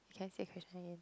can you say the question again